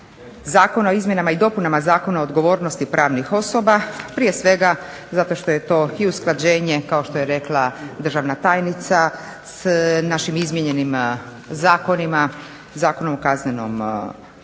Zakona o izmjenama i dopunama Zakona o odgovornosti pravnih osoba prije svega zato što je to i usklađenje, kao što je rekla državna tajnica, s našim izmijenjenim zakonima – Zakonom o kaznenom postupku,